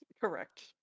correct